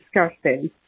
disgusting